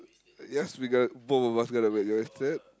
yes we got both of us gotta